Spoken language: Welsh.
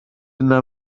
yna